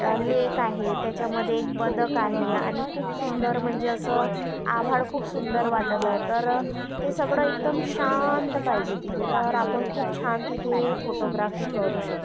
लेक आहे त्याच्यामध्ये एक बदक आहे आणि खूप सुंदर म्हणजे असं आभाळ खूप सुंदर वाटत आहे तर ते सगळं एकदम शांत पाहिजे तिथे तर आपण खूप छान तिथे फोटोग्राफी करू शकतो